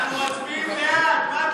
אנחנו מצביעים בעד,